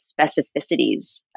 specificities